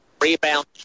Rebound